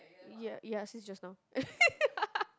ya ya since just now